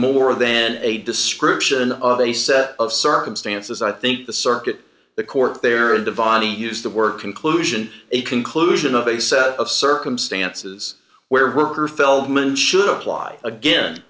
more than a description of a set of circumstances i think the circuit the court they are divine he used the word conclusion a conclusion of a set of circumstances where her feldman should apply again